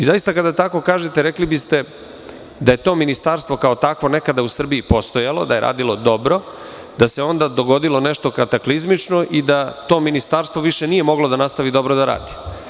Zaista, kada tako kažete, rekli biste da je to ministarstvo, kao takvo, nekada u Srbiji postojalo, da je radilo dobro, da se dogodilo nešto kataklizmično i da to ministarstvo više nije moglo da nastavi dobro da radi.